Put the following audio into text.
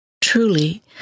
Truly